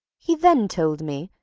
he then told me,